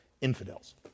infidels